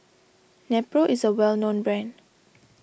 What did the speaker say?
Nepro is a well known brand